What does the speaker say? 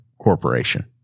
corporation